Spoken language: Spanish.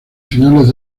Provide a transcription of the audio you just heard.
finales